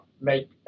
make